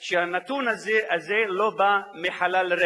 שהנתון הזה לא בא מחלל ריק.